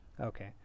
Okay